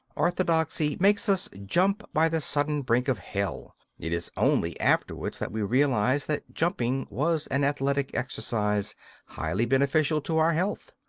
orthodoxy makes us jump by the sudden brink of hell it is only afterwards that we realise that jumping was an athletic exercise highly beneficial to our health.